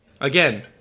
Again